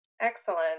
Excellent